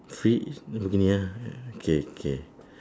free lamborghini ah okay okay